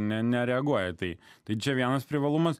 nereaguoja tai tai čia vienas privalumas